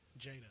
Jada